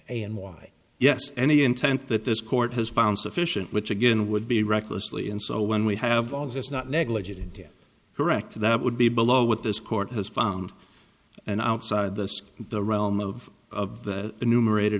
and why yes any intent that this court has found sufficient which again would be recklessly and so when we have all that's not negligent correct that would be below what this court has found and outside this the realm of the numer